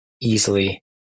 easily